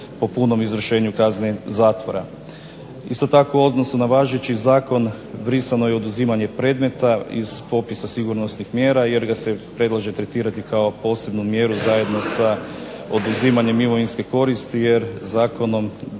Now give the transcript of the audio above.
po punom izvršenju kazne zatvora. Isto tako u odnosu na važeći zakon brisano je oduzimanje predmeta iz popisa sigurnosnih mjera jer ga se predlaže tretirati kao posebnu mjeru zajedno sa oduzimanjem imovinske koristi jer zakonom